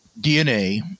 DNA